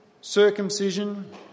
circumcision